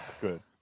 Good